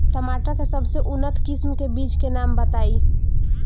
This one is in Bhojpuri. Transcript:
टमाटर के सबसे उन्नत किस्म के बिज के नाम बताई?